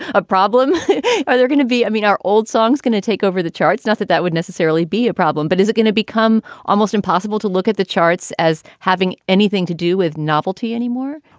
ah are there going to be i mean, our old song is going to take over the charts. not that that would necessarily be a problem, but is it going to become almost impossible to look at the charts as having anything to do with novelty anymore?